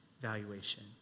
valuation